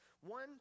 one